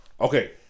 Okay